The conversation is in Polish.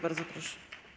Bardzo proszę.